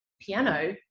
piano